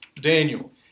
Daniel